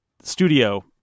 studio